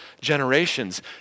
generations